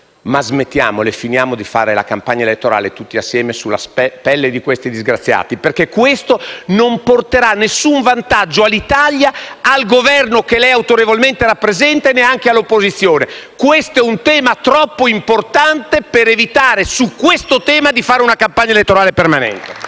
ma smettiamola di fare la campagna elettorale, tutti insieme, sulla pelle di questi disgraziati, perché questo non porterà alcun vantaggio all'Italia, al Governo che lei autorevolmente rappresenta, ma anche all'opposizione. Questo è un tema troppo importante per fare su di esso una campagna elettorale permanente.